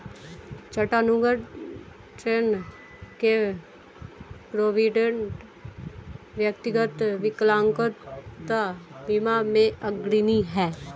Chattanooga, Tenn के Provident, व्यक्तिगत विकलांगता बीमा में अग्रणी हैं